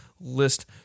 list